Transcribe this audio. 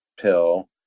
pill